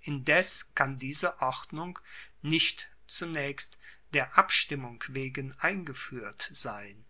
indes kann diese ordnung nicht zunaechst der abstimmung wegen eingefuehrt sein